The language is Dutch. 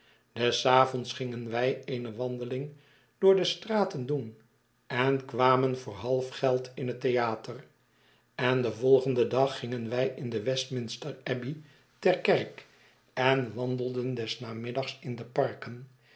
des avonds gingen wij eene wandeling door de straten doen en kwamen voor half geld in het theater en den volgenden dag gingen wij in de westminster abdij ter kerk en wandelden des namiddags in de darken